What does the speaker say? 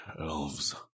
elves